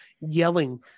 yelling